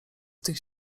tych